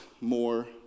more